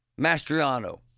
Mastriano